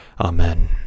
Amen